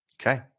Okay